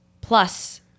plus